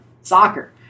soccer